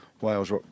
Wales